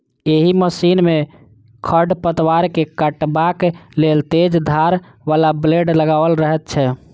एहि मशीन मे खढ़ पतवार के काटबाक लेल तेज धार बला ब्लेड लगाओल रहैत छै